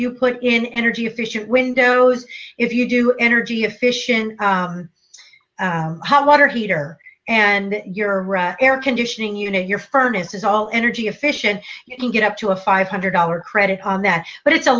you put in energy efficient windows if you do energy efficient how water heater and your run air conditioning unit your furnace is all energy efficient you can get up to a five hundred dollars credit on that but it's a